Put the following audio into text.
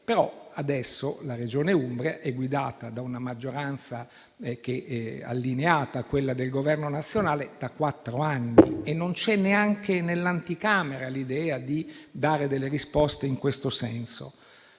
Ma adesso la Regione Umbria è guidata da una maggioranza allineata a quella del Governo nazionale da quattro anni e non c'è neanche nell'anticamera l'idea di dare delle risposte in tal senso.